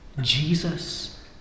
Jesus